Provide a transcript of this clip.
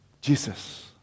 Jesus